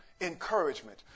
encouragement